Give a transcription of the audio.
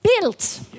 built